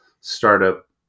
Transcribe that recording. startup